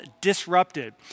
Disrupted